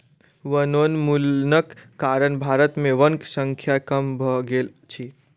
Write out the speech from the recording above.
वनोन्मूलनक कारण भारत में वनक संख्या कम भ गेल अछि